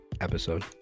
episode